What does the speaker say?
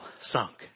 sunk